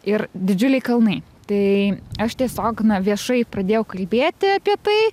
ir didžiuliai kalnai tai aš tiesiog na viešai pradėjau kalbėti apie tai